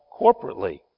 corporately